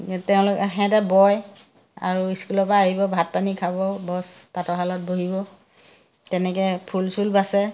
তেওঁলোকে সিহঁতে বয় আৰু স্কুলৰ পৰা আহিব ভাত পানী খাব বছ তাঁতৰশালত বহিব তেনেকে ফুল চুল বাচে